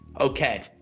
okay